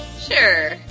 Sure